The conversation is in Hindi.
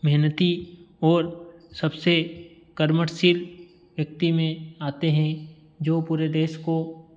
मेहनती और सबसे कर्मठशील व्यक्ति में आते हैं जो पूरे देश को